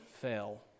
fail